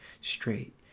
straight